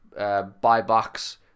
Buybacks